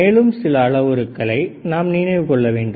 மேலும் சில அளவுருக்களை நாம் நினைவு கொள்ள வேண்டும்